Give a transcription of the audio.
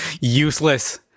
useless